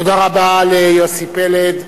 תודה רבה ליוסי פלד,